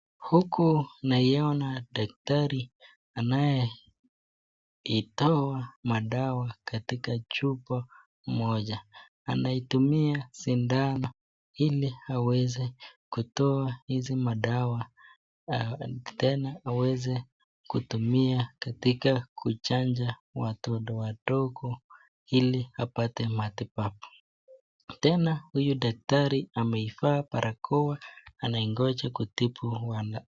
Huku naiyona daktari anayeitoa dawa katika chupa moja anaitumia sindano ili aweze kutoa hizi madawa, tena aweze kutumia katika kuchanja watoto wadogo hili apate matibabu. Tena huyu daktari ameivaa barakoa wanaingoja kutibu wana.